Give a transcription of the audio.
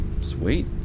sweet